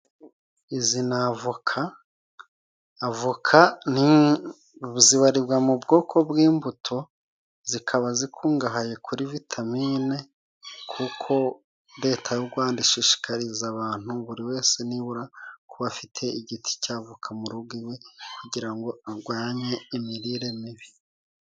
Izi ni avoka, avoka zibarirwa mu bwoko bw'imbuto, zikaba zikungahaye kuri vitamine, kuko Reta y'u Rwanda ishishikariza abantu, buri wese nibura kuba afite igiti cya voka mu rugo iwe, kugira ngo arwanye imirire mibi.